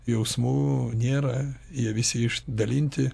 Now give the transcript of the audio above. jausmų nėra jie visi išdalinti